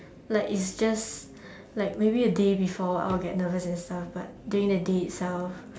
like it's just like maybe a day before I will get nervous and stuff but during the day itself